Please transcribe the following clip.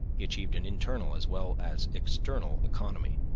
he achieved an internal as well as external economy.